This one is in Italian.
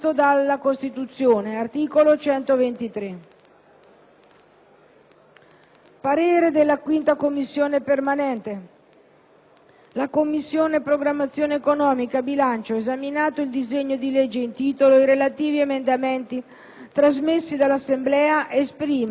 previsto dalla Costituzione (articolo 123)». « La Commissione programmazione economica, bilancio, esaminato il disegno di legge in titolo ed i relativi emendamenti trasmessi dall'Assemblea esprime, per quanto di propria competenza, parere non ostativo».